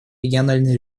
региональный